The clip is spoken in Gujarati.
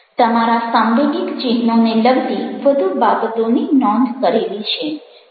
તમારા સાંવેગિક ચિહ્નોને લગતી વધુ બાબતોની નોંધ કરેલી છે